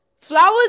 Flowers